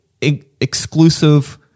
exclusive